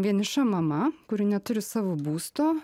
vieniša mama kuri neturi savo būsto